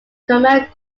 command